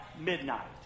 midnight